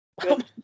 good